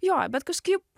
jo bet kažkaip